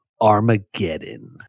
Armageddon